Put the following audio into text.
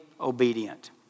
obedient